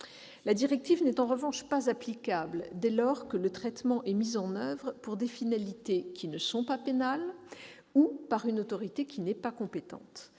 La directive n'est en revanche pas applicable dès lors que le traitement est mis en oeuvre pour des finalités qui ne sont pas pénales ou par une autorité qui n'est pas compétente.